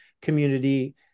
community